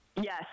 Yes